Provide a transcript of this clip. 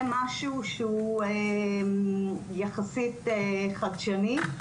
זה משהו שהוא יחסית חדשני.